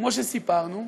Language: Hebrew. כמו שסיפרנו,